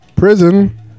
Prison